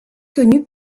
connu